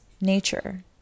nature